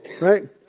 Right